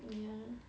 ya